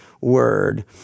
word